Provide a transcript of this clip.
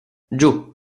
giù